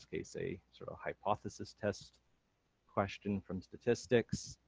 case a sort of hypothesis test question from statistics.